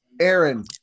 Aaron